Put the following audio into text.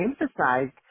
emphasized